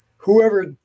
Whoever